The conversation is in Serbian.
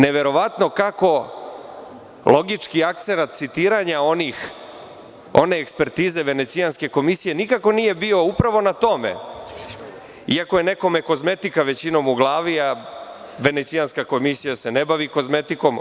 Neverovatno kako logički akcenat citiranja one ekspertize Venecijanske komisije nikako nije bio upravo na tome, iako je nekome kozmetika većinom u glavi, a Venecijanska komisija se ne bavi kozmetikom.